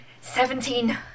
Seventeen